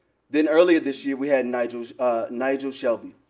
then earlier this year, we had nigel nigel shelby.